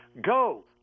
go